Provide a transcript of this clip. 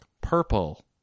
purple